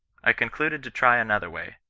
i concluded to try another way,